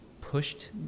pushed